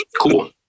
Cool